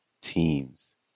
Teams